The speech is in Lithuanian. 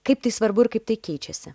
kaip tai svarbu kaip tai keičiasi